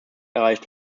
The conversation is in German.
erreicht